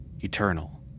eternal